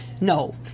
no